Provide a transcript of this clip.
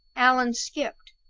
allan skipped.